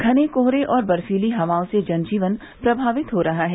घने कोहरे और बर्फीली हवाओं से जनजीवन प्रमावित हो रहा है